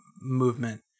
movement